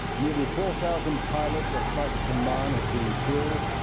nearly four thousand pilots of fighter command had been killed.